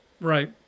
right